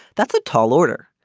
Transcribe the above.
that's a tall order.